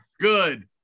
good